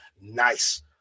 nice